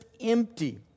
empty